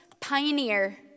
pioneer